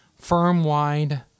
firm-wide